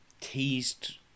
teased